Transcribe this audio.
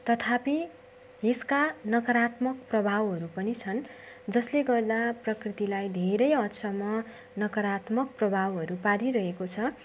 तथापि यसका नकारात्मक प्रभावहरू पनि छन् जसले गर्दा प्रकृत्तिलाई धेरै हदसम्म नकारात्मक प्रभावहरू पारिरहेको छ